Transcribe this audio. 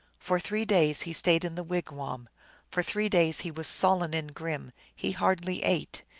for three days he stayed in the wigwam for three days he was sullen and grim he hardly ate.